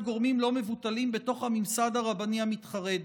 גורמים לא מבוטלים בתוך הממסד הרבני המתחרד.